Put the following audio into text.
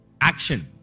Action